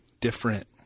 different